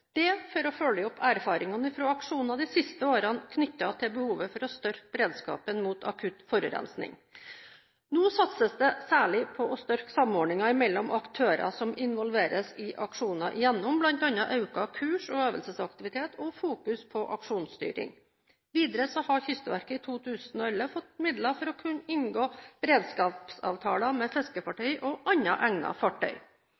for å følge opp erfaringene fra aksjoner de siste årene knyttet til behovet for å styrke beredskapen mot akutt forurensning. Nå satses det særlig på å styrke samordningen mellom aktører som involveres i aksjoner, gjennom bl.a. økt kurs- og øvelsesaktivitet og fokusering på aksjonsstyring. Videre har Kystverket i 2011 fått midler for å kunne inngå beredskapsavtaler med